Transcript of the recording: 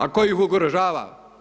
A tko ih ugrožava?